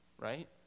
Right